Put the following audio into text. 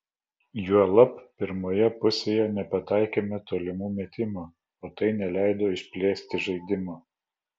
juolab pirmoje pusėje nepataikėme tolimų metimų o tai neleido išplėsti žaidimo